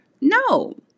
No